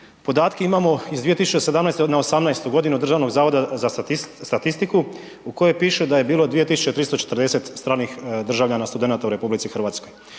podatke imamo iz 2017. na 2018. Državnog zavoda za statistiku u kojem piše da je bilo 2340 stranih državljana studenata u RH.